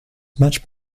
much